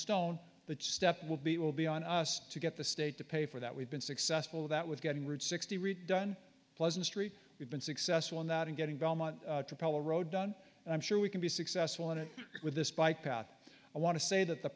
stone that step will be will be on us to get the state to pay for that we've been successful that with getting route sixty redone pleasant street we've been successful in that and getting belmont propellor road done and i'm sure we can be successful in it with this bike path i want to say that the